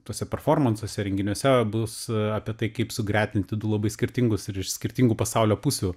tuose performansuose renginiuose bus apie tai kaip sugretinti du labai skirtingus ir iš skirtingų pasaulio pusių